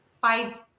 five